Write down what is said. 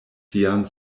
sian